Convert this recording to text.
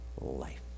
life